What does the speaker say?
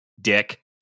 Dick